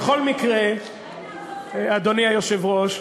תמשיכו ליהנות.